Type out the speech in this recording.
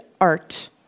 Art